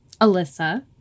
Alyssa